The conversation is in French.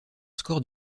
score